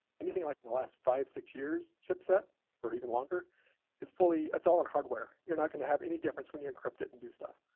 anything like in the last five, six years chipset or even longer is fully it's all in hardware. you're not going to have any difference when you encrypt it and do stuff.